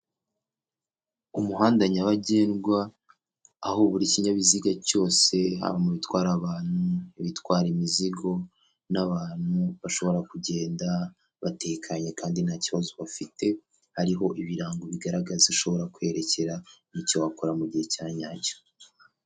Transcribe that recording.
Umuhanda nyabagendwa aho buri kinyabiziga cyose haba mu bitwara abantu, ibitwara imizigo n'abantu bashobora kugenda batekanye kandi nta kibazo bafite, hariho ibirango bigaragaza ushobora kwerekera, n'icyo wakora mu gihe cya nyacyo.